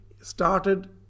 started